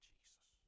Jesus